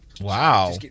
wow